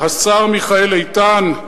השר מיכאל איתן,